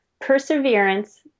Perseverance